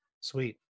Sweet